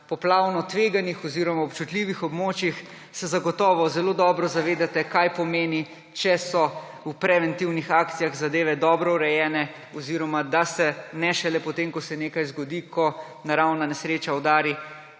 poplavno tveganih oziroma občutljivih območjih, se zagotovo zelo dobro zavedate, kaj pomeni, če so v preventivnih akcijah zadeve dobro urejene oziroma da se ne šele po tem, ko se nekaj zgodi, ko naravna nesreča udari,